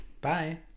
Bye